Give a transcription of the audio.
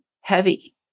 heavy